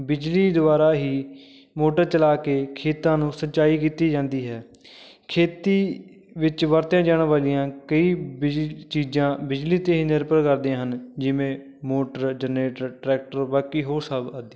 ਬਿਜਲੀ ਦੁਆਰਾ ਹੀ ਮੋਟਰ ਚਲਾ ਕੇ ਖੇਤਾਂ ਨੂੰ ਸਿੰਚਾਈ ਕੀਤੀ ਜਾਂਦੀ ਹੈ ਖੇਤੀ ਵਿੱਚ ਵਰਤੀਆਂ ਜਾਣ ਵਾਲੀਆਂ ਕਈ ਬਿਜ ਚੀਜ਼ਾਂ ਬਿਜਲੀ 'ਤੇ ਹੀ ਨਿਰਭਰ ਕਰਦੀਆਂ ਹਨ ਜਿਵੇਂ ਮੋਟਰ ਜਨਰੇਟਰ ਟਰੈਕਟਰ ਬਾਕੀ ਹੋਰ ਸਭ ਆਦਿ